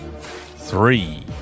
three